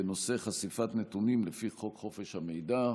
בנושא: חשיפת נתונים לפי חוק חופש המידע.